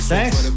Thanks